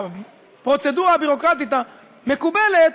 הפרוצדורה הביורוקרטית המקובלת,